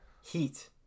Heat